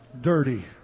dirty